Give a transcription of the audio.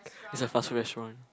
it's a fast food restaurant